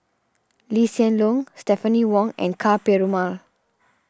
Lee Hsien Loong Stephanie Wong and Ka Perumal